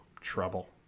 trouble